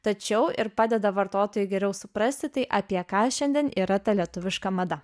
tačiau ir padeda vartotojui geriau suprasti tai apie ką šiandien yra ta lietuviška mada